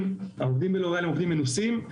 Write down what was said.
העובדים בלוריאל הם עובדים מנוסים,